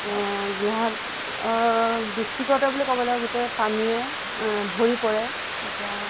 গোলাঘাট ডিষ্ট্ৰিকতে বুলি ক'বলে গোটেই পানীয়ে ভৰি পৰে এতিয়া